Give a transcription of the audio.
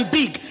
big